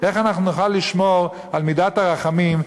איך אנחנו נוכל לשמור על מידת הרחמים,